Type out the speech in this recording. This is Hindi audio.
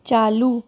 चालू